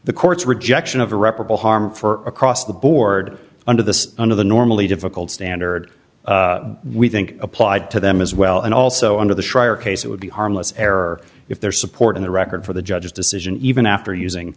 the court's rejection of irreparable harm for across the board under the under the normally difficult standard we think applied to them as well and also under the schreier case it would be harmless error if there is support in the record for the judge's decision even after using